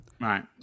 Right